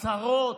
הצהרות,